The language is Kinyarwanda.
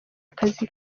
akazi